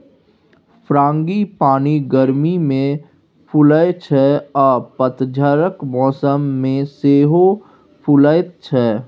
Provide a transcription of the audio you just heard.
frangipani गर्मी मे फुलाइ छै आ पतझरक मौसम मे सेहो फुलाएत छै